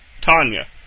Tanya